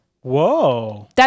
Whoa